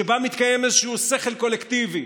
שבה מתקיים איזשהו שכל קולקטיבי